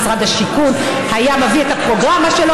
משרד השיכון היה מביא את הפרוגרמה שלו